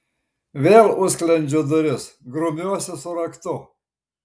vėl užsklendžiu duris grumiuosi su raktu